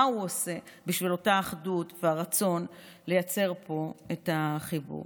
הוא עושה בשביל אותה אחדות והרצון לייצר פה את החיבור.